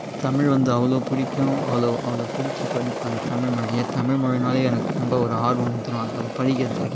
தமிழ் வந்து அவ்வளோ பிடிக்கும் அவ்வளோ அவ்வளோ புடிச்சு படிப்பேன் அந்த தமிழ்மொழியை தமிழ்மொழியினாலே எனக்கு ரொம்ப ஒரு ஆர்வம் வந்துடும் அதை படிக்கிறதுக்கு